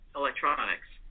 electronics